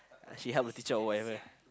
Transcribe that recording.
she help the teacher or whatever